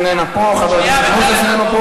לנדבר, איננה פה, במליאה.